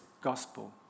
gospel